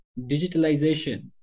digitalization